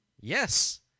yes